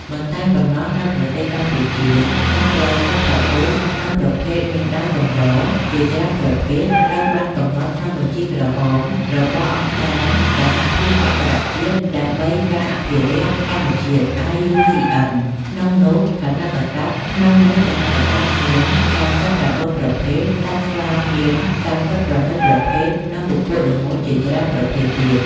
មិនតែប៉ុណ្ណោះ នៅប្រទេសកម្ពុជា សត្វព្រៃជិតផុតពូជ និងប្រភេទមានដោយកម្រជាច្រើនប្រភេទ ត្រូវបានកំណត់ក្នុងបញ្ជីក្រហមរបស់អង្គការសហភាពអន្តរជាតិដើម្បីការអភិរក្សធម្មជាតិ IUCN ក្នុងនោះថនិកសត្វមាន ៣៩ ប្រភេទ សត្វស្លាបមាន ៣៦ ប្រភេទ និងពពួកសត្វល្មូនជាច្រើនប្រភេទទៀត។